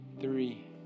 three